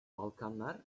balkanlar